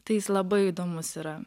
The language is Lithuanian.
tai jis labai įdomus yra